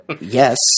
Yes